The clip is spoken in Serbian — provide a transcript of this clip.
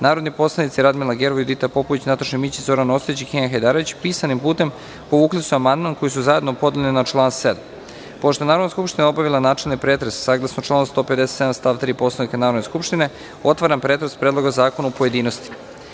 Narodni poslanici Radmila Gerov, Judita Popović, Nataša Mićić, Zoran Ostojić i Kenan Hajdarević pisanim putem povukli su amandman koji su zajedno podneli na član 7. Pošto je Narodna skupština obavila načelni pretres saglasno članu 157. stav 3. Poslovnika Narodne skupštine, otvaram pretres Predloga zakona u pojedinostima.